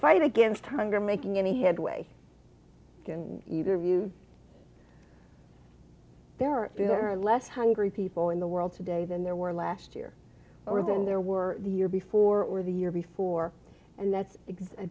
fight against hunger making any headway can either of you there are three there are less hungry people in the world today than there were last year or than there were the year before or the year before and that's